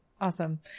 awesome